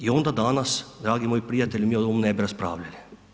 I onda danas dragi moji prijatelji mi o ovom ne bi raspravljali.